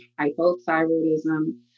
hypothyroidism